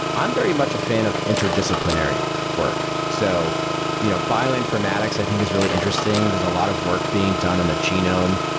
i'm very much a fan of interdisciplinary work. so you know bioinformatics i think is really interesting. there's a lot of work being done on the genome.